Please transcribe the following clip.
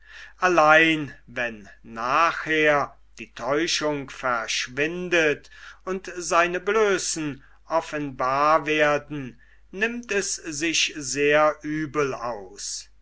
allein wann nachher die täuschung verschwindet und seine blößen offenbar werden nimmt es sich sehr übel aus